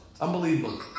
Unbelievable